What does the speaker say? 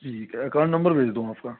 ठीक है account number भेज दो आपका